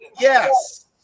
Yes